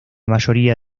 mayoría